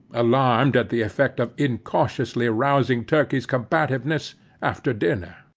alarmed at the effect of incautiously rousing turkey's combativeness after dinner.